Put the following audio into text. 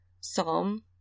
Psalm